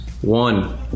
One